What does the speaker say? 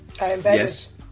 Yes